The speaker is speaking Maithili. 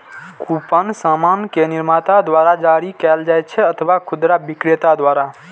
कूपन सामान के निर्माता द्वारा जारी कैल जाइ छै अथवा खुदरा बिक्रेता द्वारा